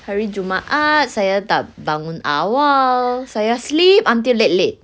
hari jumaat saya tak bangun awak saya sleep until late late